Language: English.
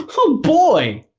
oh boy!